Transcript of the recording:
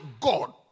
God